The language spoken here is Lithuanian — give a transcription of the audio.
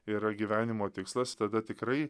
yra gyvenimo tikslas tada tikrai